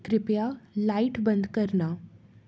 कृपया लाइट बंद करना